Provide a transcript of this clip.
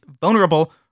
vulnerable